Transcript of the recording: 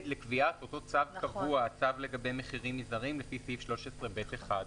לקביעת אותו צו קבוע למחירים מזרים לפי סעיף 13(ב)(1).